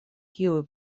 kiuj